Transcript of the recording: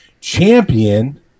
champion